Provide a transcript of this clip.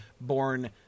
born